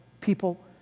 people